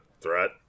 threat